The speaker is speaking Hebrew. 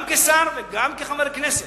גם כשר וגם כחבר כנסת.